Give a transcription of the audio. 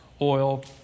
oil